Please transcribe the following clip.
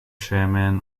chairman